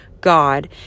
God